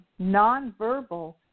nonverbal